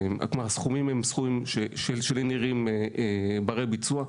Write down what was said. שזה סכומים שלי הם נראים ברי ביצוע,